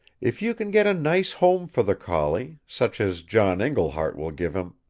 if you can get a nice home for the collie such as john iglehart will give him